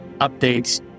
updates